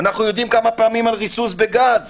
אנחנו יודעים כמה פעמים על ריסוס בגז